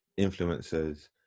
influencers